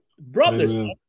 brothers